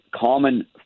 common